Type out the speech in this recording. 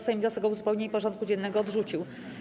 Sejm wniosek o uzupełnienie porządku dziennego odrzucił.